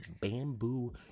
Bamboo